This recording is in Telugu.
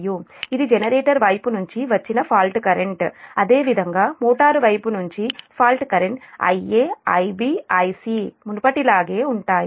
ఇది జనరేటర్ వైపు నుంచి వచ్చిన ఫాల్ట్ కరెంట్ అదేవిధంగా మోటారు వైపు నుండి fault current Ia Ib Ic మునుపటిలాగే ఉంటాయి